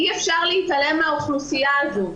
אי אפשר להתעלם מהאוכלוסייה הזו.